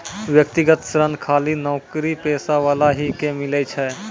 व्यक्तिगत ऋण खाली नौकरीपेशा वाला ही के मिलै छै?